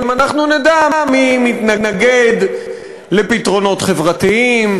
אנחנו נדע מי מתנגד לפתרונות חברתיים,